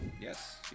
Yes